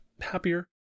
happier